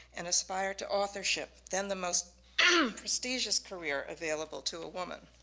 and aspired to authorship, then the most and um prestigious career available to a woman.